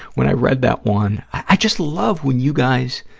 when i read that one, i just love when you guys,